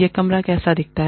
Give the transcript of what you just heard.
यह कमरा कैसे दिखता है